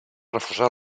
refusa